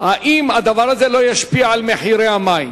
האם הדבר הזה לא ישפיע על מחירי המים?